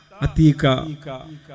Atika